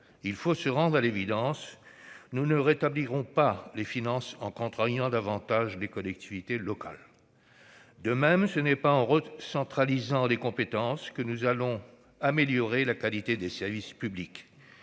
Il faut se rendre à l'évidence : nous ne rétablirons pas les finances publiques en contraignant davantage les collectivités locales. De même, ce n'est pas en recentralisant certaines compétences que nous améliorerons la qualité des services publics.